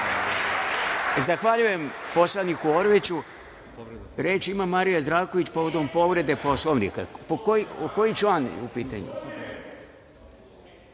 Zahvaljujem poslaniku Orliću. Reč ima Marija Zdravković, povodom povrede Poslovnika. Koji je član u pitanju?